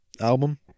album